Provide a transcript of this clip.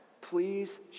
please